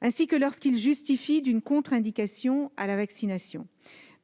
ainsi que lorsqu'ils justifient d'une contre-indication à la vaccination.